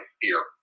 fear